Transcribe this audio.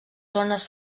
zones